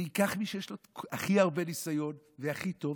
אני אקח את מי שיש לו הכי הרבה ניסיון והכי טוב,